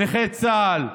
נכי צה"ל,